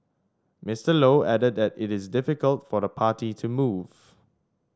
Mister Low added that it is difficult for the party to move